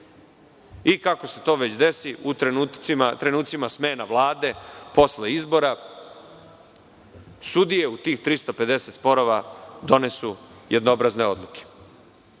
I kako se to već, desi u trenucima smena Vlade, posle izbora, sudije u tih 350 sporova donesu jednobrazne odluke. Sada